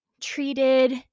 treated